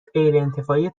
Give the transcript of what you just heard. غیرانتفاعی